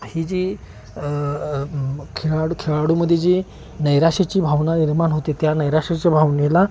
ही जी खेळाडू खेळाडूमध्ये जी नैराश्याची भावना निर्माण होते त्या नैराश्याच्या भावनेला